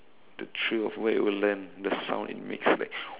the thrill of where it will land the sound it makes like